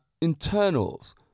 internals